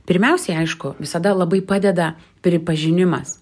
pirmiausiai aišku visada labai padeda pripažinimas